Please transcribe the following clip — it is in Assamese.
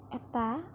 এটা